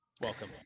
Welcome